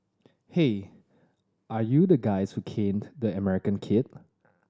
hey are you the guys who caned the American kid